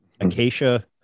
acacia